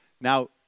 Now